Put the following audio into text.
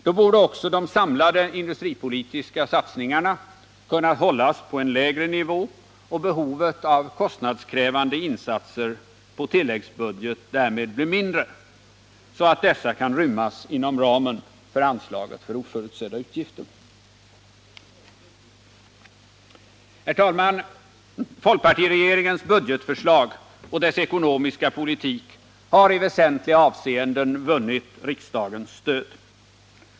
Då borde också de samlade industripolitiska satsningarna kunna hållas på en lägre nivå och behovet av kostnadskrävande insatser på tilläggsbudget därmed bli mindre, så att dessa kan rymmas inom ramen för anslaget för oförutsedda utgifter. Herr talman! Folkpartiregeringens budgetsförslag och dess ekonomiska politik har i väsentliga avseenden vunnit riksdagens stöd.